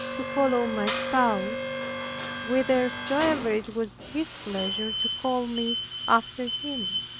to follow my spouse whithersoever it was his pleasure to call me after him.